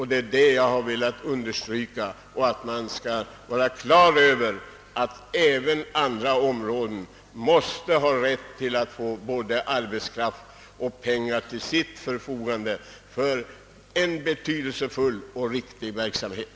Det är detta jag velat understryka, att vi bör vara på det klara med att även andra verksamhetsområden måste ha rätt till att få både arbetskraft och pengar till sitt förfogande för en betydelsefull verksamhet.